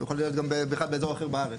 הוא יכול להיות בכלל באזור אחר בארץ,